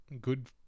Good